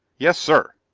yes, sir!